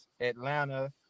Atlanta